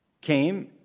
came